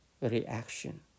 reaction